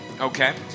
Okay